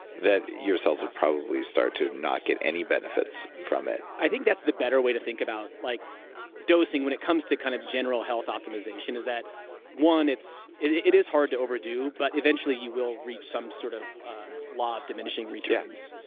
that your cells would probably start to not get any benefits from it i think that's the better way to think about like dosing when it comes to kind of general health optimization, is that one, it it is hard to overdo, but eventually you will reach some sort of law of diminishing returns.